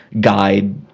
guide